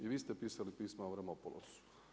I vi ste pisali pisma Avramopoulosu.